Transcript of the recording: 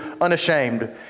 unashamed